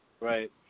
Right